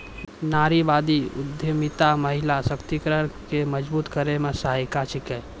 नारीवादी उद्यमिता महिला सशक्तिकरण को मजबूत करै मे सहायक छिकै